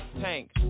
tank